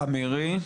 תודה מירי.